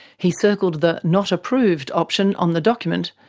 he circled the not approved option on the document,